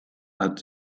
hat